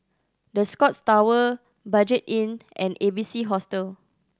The Scotts Tower Budget Inn and A B C Hostel